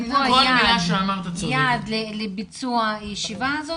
צריך לקבוע יעד לביצוע הישיבה הזאת,